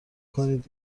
کنید